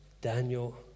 Daniel